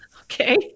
Okay